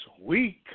weak